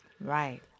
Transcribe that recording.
Right